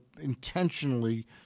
intentionally